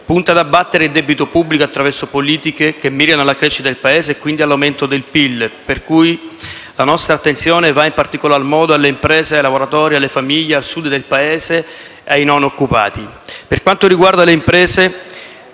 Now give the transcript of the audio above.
punta ad abbattere il debito pubblico attraverso politiche che mirino alla crescita del Paese e, quindi, all'aumento del PIL. Pertanto, la nostra attenzione va in particolar modo alle imprese, ai lavoratori, alle famiglie, al Sud del Paese e ai non occupati.